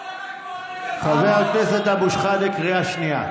חבר הכנסת אבו שחאדה, קריאה שנייה.